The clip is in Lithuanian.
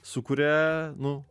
sukuria nu